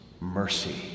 mercy